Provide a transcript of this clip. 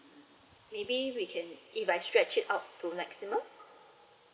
maybe we can if I stretch it out to maximum